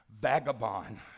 vagabond